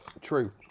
True